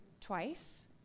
twice